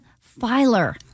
filer